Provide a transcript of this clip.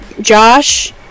Josh